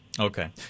Okay